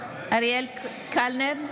אריאל קלנר,